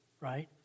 right